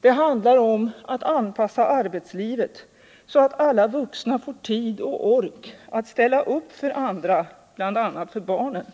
Det handlar om att anpassa arbetslivet så att alla vuxna får tid och ork att ställa upp för andra, bl.a. för barnen.